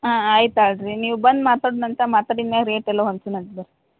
ಹಾಂ ಆಯ್ತು ತಗಳ್ರಿ ನೀವು ಬಂದು ಮಾತಾಡಿದ ನಂತರ ಮಾತಾಡಿದ ಮೇಲೆ ರೇಟೆಲ್ಲ ಹೊಂದ್ಸೋಣಂತೆ ಬರ್ರಿ